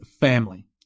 family